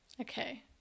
okay